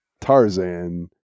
Tarzan